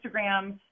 Instagram